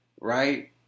right